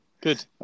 good